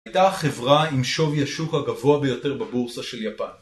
הייתה החברה עם שווי השוק הגבוה ביותר בבורסה של יפן